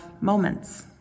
moments